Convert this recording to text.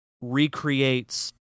recreates